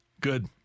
Good